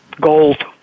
Gold